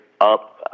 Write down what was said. up